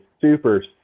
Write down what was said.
super